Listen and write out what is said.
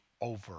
over